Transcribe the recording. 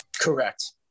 Correct